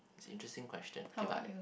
it's an interesting question okay but